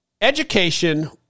education